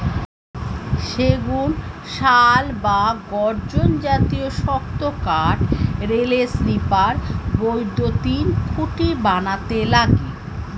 সেগুন, শাল বা গর্জন জাতীয় শক্ত কাঠ রেলের স্লিপার, বৈদ্যুতিন খুঁটি বানাতে লাগে